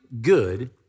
good